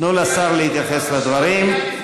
תנו לשר להתייחס לדברים.